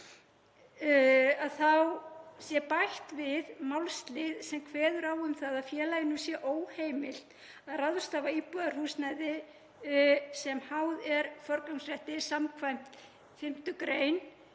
þá sé bætt við málslið sem kveður á um að félaginu sé óheimilt að ráðstafa íbúðarhúsnæði sem háð er forgangsrétti skv. 5. gr.